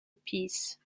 peace